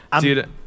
Dude